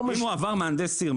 אם הוא עבר מהנדס עיר?